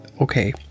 Okay